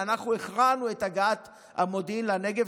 ואנחנו הכרענו, מודיעין לנגב.